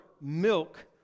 milk